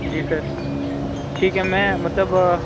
جی sir ٹھیک ہے میں مطلب